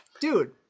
dude